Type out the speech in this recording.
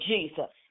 Jesus